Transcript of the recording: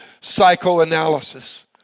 psychoanalysis